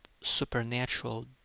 supernatural